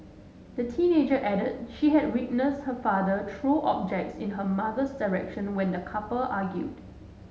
the teenager added she had witnessed her father throw objects in her mother's direction when the couple argued